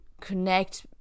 connect